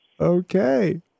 Okay